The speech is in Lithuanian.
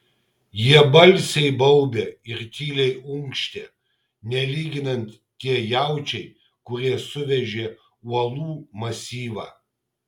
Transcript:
jie balsiai baubė ir tyliai unkštė nelyginant tie jaučiai kurie suvežė uolų masyvą